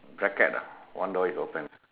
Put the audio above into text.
jacket ah one door is open